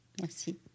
Merci